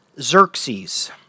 Xerxes